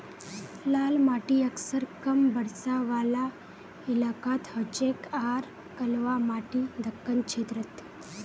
लाल माटी अक्सर कम बरसा वाला इलाकात हछेक आर कलवा माटी दक्कण क्षेत्रत